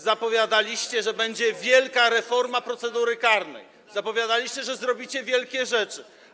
Zapowiadaliście, że będzie wielka reforma procedury karnej, zapowiadaliście, że zrobicie wielkie rzeczy.